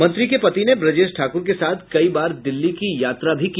मंत्री के पति ने ब्रजेश ठाकुर के साथ कई बार दिल्ली की यात्रा भी की